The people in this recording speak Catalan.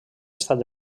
estat